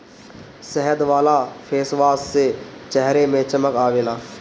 शहद वाला फेसवाश से चेहरा में चमक आवेला